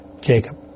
Jacob